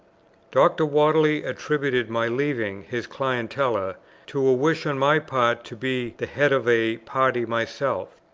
dr. whately attributed my leaving his clientela to a wish on my part to be the head of a party myself.